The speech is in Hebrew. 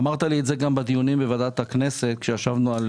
אמרת לי את זה גם בדיונים בוועדת הכנסת עת ישבנו על